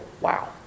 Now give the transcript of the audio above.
wow